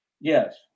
yes